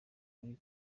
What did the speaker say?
kuri